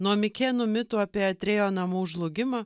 nuo mikėnų mitų apie atrėjo namų žlugimą